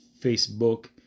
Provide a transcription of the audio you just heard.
Facebook